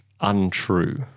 untrue